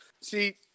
See